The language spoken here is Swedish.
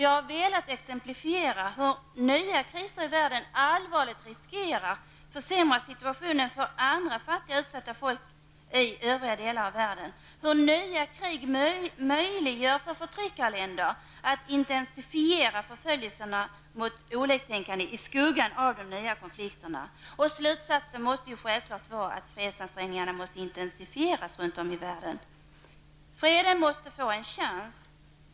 Jag har velat exemplifiera hur nya kriser i världen allvarligt riskerar att försämra situationen för fattiga och utsatta folk i andra delar av världen, hur nya krig möjliggör för förtryckarländer att intensifiera förföljelser mot oliktänkande i skuggan av de nya konflikterna. Slutsatsen måste självklart vara att fredsansträngningarna måste intensifieras runt om i världen. Freden måste få en chans.